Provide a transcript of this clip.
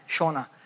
Shauna